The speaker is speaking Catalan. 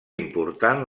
important